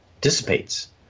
dissipates